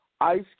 Ice